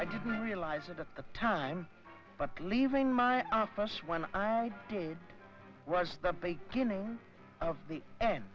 i didn't realize it at the time but leaving my flesh when i did was the beginning of the end